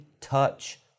touch